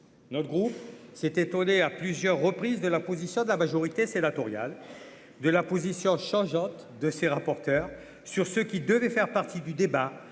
Notre groupe, s'est étonné à plusieurs reprises de la position de la majorité, c'est La Touriale de la position changeantes de ses rapporteurs sur ce qui devait faire partie du débat,